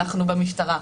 אנחנו במשטרה.